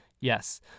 Yes